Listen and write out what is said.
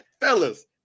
Fellas